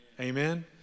Amen